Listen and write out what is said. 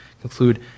conclude